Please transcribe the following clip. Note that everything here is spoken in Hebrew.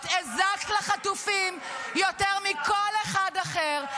את הזקת לחטופים יותר מכל אחד אחר.